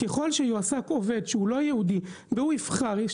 ככל שיועסק עובד שהוא לא יהודי והוא יבחר את